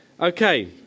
Okay